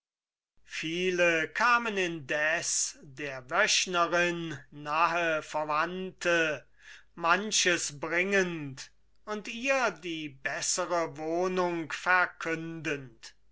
viele kamen indes der wöchnerin nahe verwandte manches bringend und ihr die bessere wohnung verkündend